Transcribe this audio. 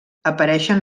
apareixen